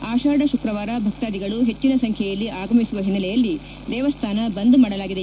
ಆಷಾಢ ಶುಕ್ರವಾರ ಭಕ್ತಾದಿಗಳು ಹೆಚ್ಚನ ಸಂಖ್ಯೆಯಲ್ಲಿ ಆಗಮಿಸುವ ಹಿನ್ನೆಲೆಯಲ್ಲಿ ದೇವಸ್ಥಾನ ಬಂದ್ ಮಾಡಲಾಗಿದೆ